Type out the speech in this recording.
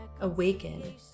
awaken